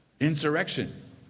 Insurrection